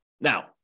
Now